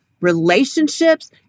relationships